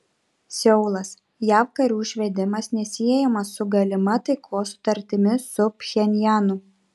seulas jav karių išvedimas nesiejamas su galima taikos sutartimi su pchenjanu